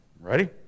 Ready